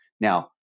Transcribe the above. Now